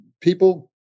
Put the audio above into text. people